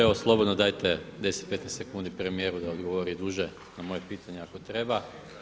Evo slobodno dajte 10, 15 sekundi premijeru da odgovori i duže na moje pitanje ako treba.